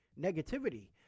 negativity